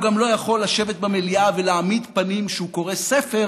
הוא גם לא יכול לשבת במליאה ולהעמיד פנים שהוא קורא ספר,